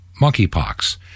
monkeypox